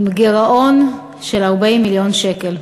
עם גירעון של 40 מיליון שקל.